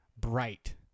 Bright